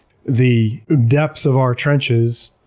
the depths of our trenches,